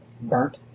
Burnt